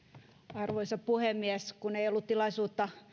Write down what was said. arvoisa puhemies kun ei ollut tilaisuutta